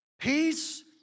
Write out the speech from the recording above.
Peace